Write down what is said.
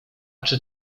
czy